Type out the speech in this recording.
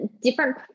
different